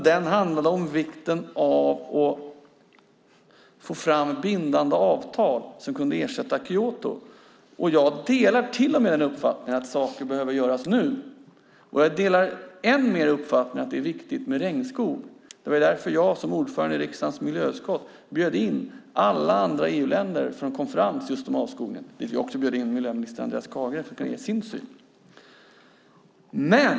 Den handlade om vikten av att få fram bindande avtal som kan ersätta Kyotoavtalet. Jag delar till och med uppfattningen att saker behöver göras nu. Jag delar än mer uppfattningen att det är viktigt med regnskog. Det var därför jag som ordförande i riksdagens miljö och jordbruksutskott bjöd in alla andra EU-länder för en konferens om avskogning, dit jag också bjöd in miljöminister Andreas Carlgren för att han skulle kunna ge sin syn.